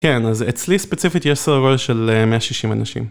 כן אז אצלי ספציפית יש סדר גודל של 160 אנשים